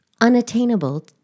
unattainable